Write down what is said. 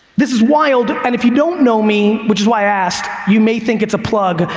this is wild, and if you don't know me, which is why i asked, you may think it's a plug,